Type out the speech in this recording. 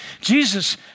Jesus